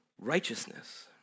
Righteousness